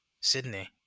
Sydney